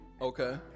Okay